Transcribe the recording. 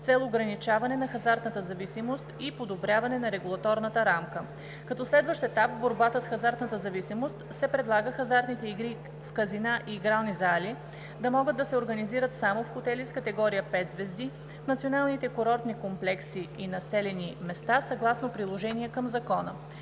цел ограничаване на хазартната зависимост и подобряване на регулаторната рамка. Като следващ етап в борбата с хазартната зависимост се предлага хазартните игри в казина и игрални зали да могат да се организират само в хотели с категория пет звезди, в националните курортни комплекси и населени места съгласно приложение към Закона